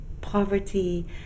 poverty